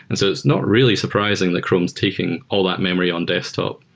and so it's not really surprising that chrome's taking all that memory on desktop.